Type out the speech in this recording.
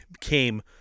came